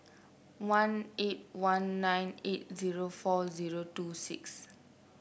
one eight one nine eight zero four zero two six